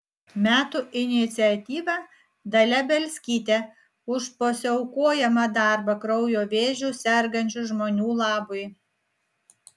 metų iniciatyva dalia bielskytė už pasiaukojamą darbą kraujo vėžiu sergančių žmonių labui